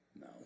No